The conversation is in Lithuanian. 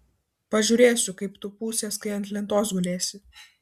pažiūrėsiu kaip tu pūsies kai ant lentos gulėsi